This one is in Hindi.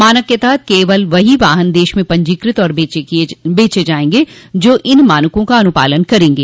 मानक के तहत केवल वही वाहन देश में पंजीकृत और बेचे जायेंगे जो इन मानकों का अनुपालन करेंगे